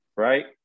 Right